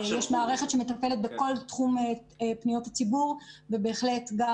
בהחלט יש מערכת שמטפלת בכל תחום פניות הציבור ובהחלט גם